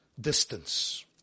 distance